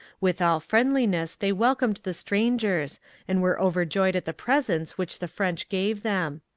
with all friendliness they welcomed the strangers and were overjoyed at the presents which the french gave them.